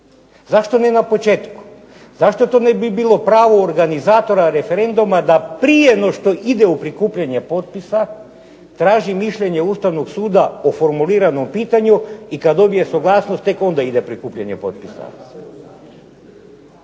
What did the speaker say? Zašto ne na početku? Zašto to ne bi bilo pravo organizatora referenduma da prije no što ide u prikupljanje potpisa traži mišljenje Ustavnog suda o formuliranom pitanju i kad dobije suglasnost tek onda ide prikupljanje potpisa.